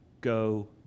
Go